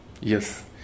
yes